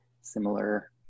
similar